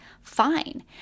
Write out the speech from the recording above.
fine